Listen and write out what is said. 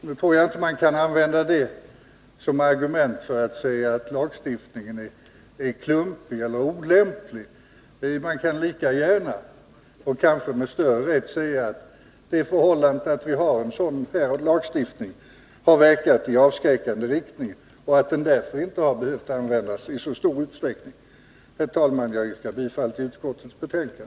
Nu tror jag inte att man kan använda det som argument för att säga att lagstiftningen är klumpig eller olämplig. Man kan lika gärna, och kanske med större rätt, säga att det förhållandet att vi har en sådan lagstiftning har verkat i avskräckande riktning och att den därför inte har behövt användas i så stor utsträckning. Herr talman! Jag yrkar bifall till utskottets hemställan.